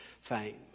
fame